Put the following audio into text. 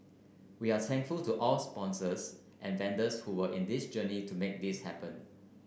we are thankful to all our sponsors and vendors who were in this journey to make this happen